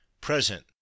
Present